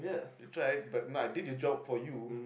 you tried but nah I did your job for you